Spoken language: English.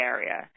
Area